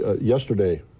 yesterday